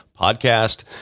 podcast